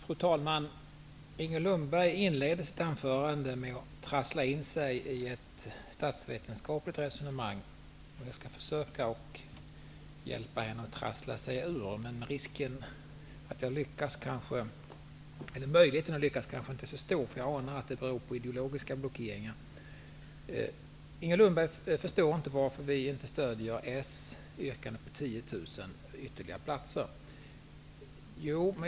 Fru talman! Inger Lundberg inleder sitt anförande med att trassla in sig i ett statsvetenskapligt resonemang. Jag skall försöka att hjälpa henne att trassla sig ur det. Möjligheten att jag lyckas kanske inte är så stor, för jag anar att det beror på ideologiska blockeringar. Inger Lundberg förstår inte varför Ny demokrati inte stödjer Socialdemokraternas yrkanden på ytterligare 10 000 platser.